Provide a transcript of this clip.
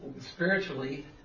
spiritually